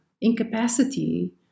incapacity